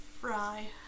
fry